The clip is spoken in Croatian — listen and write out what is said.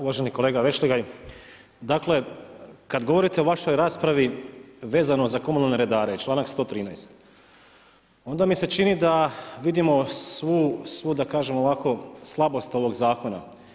Uvaženi kolega Vešligaj, dakle, kad govorite u vašoj raspravi vezano za komunalne redare i članak 113. onda mi se čini da vidimo svu da kažem ovako, slabost ovog zakona.